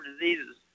diseases